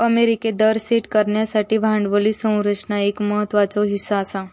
अमेरिकेत दर सेट करण्यासाठी भांडवली संरचना एक महत्त्वाचो हीस्सा आसा